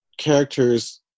characters